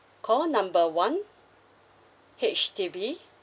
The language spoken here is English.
call number one H_D_B